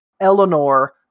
Eleanor